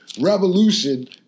revolution